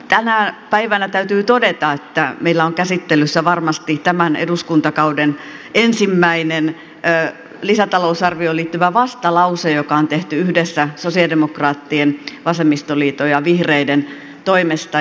tänä päivänä täytyy todeta että meillä on käsittelyssä varmasti tämän eduskuntakauden ensimmäinen lisätalousarvioon liittyvä vastalause joka on tehty yhdessä sosialidemokraattien vasemmistoliiton ja vihreiden toimesta